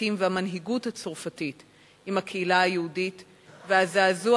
הצרפתים והמנהיגות הצרפתית עם הקהילה היהודית והזעזוע